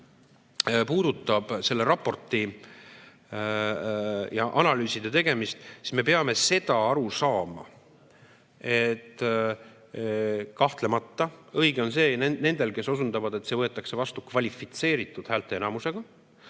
mis puudutab selle raporti ja analüüside tegemist. Me peame aru saama, et kahtlemata õigus on nendel, kes osutavad, et see võetakse vastu kvalifitseeritud häälteenamusega.